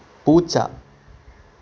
പൂച്ച